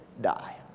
die